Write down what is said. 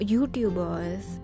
YouTubers